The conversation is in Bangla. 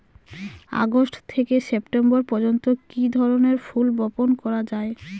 আগস্ট থেকে সেপ্টেম্বর পর্যন্ত কি ধরনের ফুল বপন করা যায়?